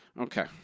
Okay